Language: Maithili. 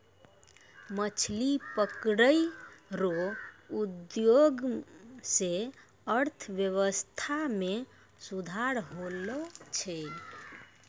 मछली पकड़ै रो उद्योग से अर्थव्यबस्था मे सुधार होलो छै